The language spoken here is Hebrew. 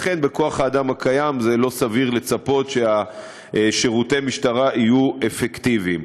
לכן בכוח-האדם הקיים זה לא סביר לצפות ששירותי המשטרה יהיו אפקטיביים.